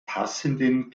passenden